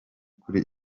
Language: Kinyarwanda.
kuri